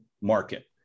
market